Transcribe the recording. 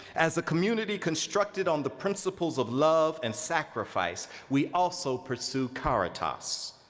as a community constructed on the principles of love and sacrifice, we also pursue caritas,